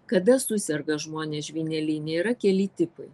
kada suserga žmonės žvyneline yra keli tipai